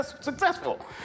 successful